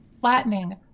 flattening